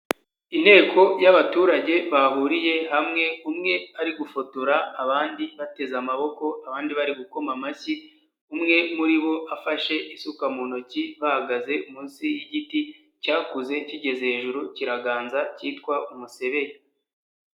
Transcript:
Inteko y'abaturage bahuriye hamwe, umwe ari gufotora abandi bateze amaboko, abandi bari gukoma amashyi, umwe muri bo afashe isuka mu ntoki, bahagaze munsi y'igiti cyakuze kigeze hejuru kiraganza cyitwa umusebeya.